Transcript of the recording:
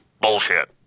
Bullshit